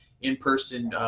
in-person